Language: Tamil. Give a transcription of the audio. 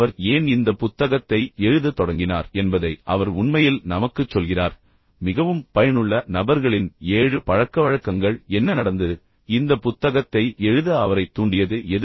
அவர் ஏன் இந்த புத்தகத்தை எழுதத் தொடங்கினார் என்பதை அவர் உண்மையில் நமக்குச் சொல்கிறார் மிகவும் பயனுள்ள நபர்களின் ஏழு பழக்கவழக்கங்கள் என்ன நடந்தது இந்த புத்தகத்தை எழுத அவரைத் தூண்டியது எது